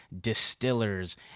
distillers